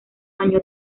año